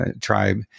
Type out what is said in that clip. tribe